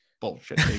bullshit